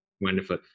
Wonderful